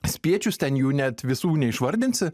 spiečius ten jų net visų neišvardinsi